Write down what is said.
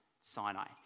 Sinai